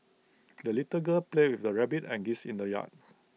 the little girl played with her rabbit and geese in the yard